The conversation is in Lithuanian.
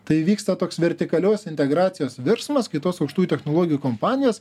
tai vyksta toks vertikalios integracijos virsmas kai tos aukštųjų technologijų kompanijos